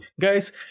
Guys